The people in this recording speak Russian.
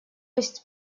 есть